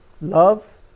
love